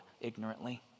ignorantly